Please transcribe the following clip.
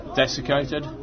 desiccated